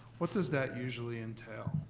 what does that usually entail?